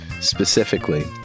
specifically